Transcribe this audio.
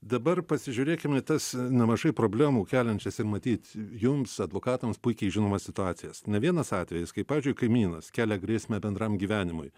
dabar pasižiūrėkim į tas nemažai problemų keliančias ir matyt jums advokatams puikiai žinomas situacijas ne vienas atvejis kai pavyzdžiui kaimynas kelia grėsmę bendram gyvenimui